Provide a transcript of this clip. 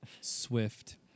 Swift